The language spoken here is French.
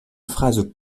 phrases